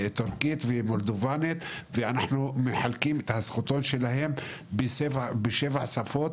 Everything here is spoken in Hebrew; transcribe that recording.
מולדבית וטורקית ואנחנו מחלקים את הזכותון שלהם בשבע שפות